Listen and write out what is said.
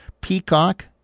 Peacock